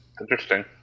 Interesting